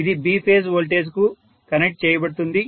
ఇది B phase voltage కు connect చేయబడుతుంది